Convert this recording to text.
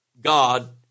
God